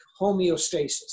homeostasis